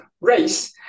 Race